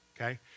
Okay